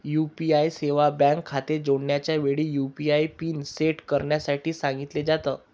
UPI सेवा bank खाते जोडण्याच्या वेळी, यु.पी.आय पिन सेट करण्यासाठी सांगितल जात